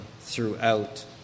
throughout